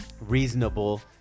reasonable